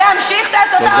להמשיך את ההסתה, השמאלנים.